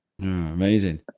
Amazing